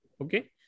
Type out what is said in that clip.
Okay